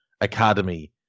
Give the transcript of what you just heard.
Academy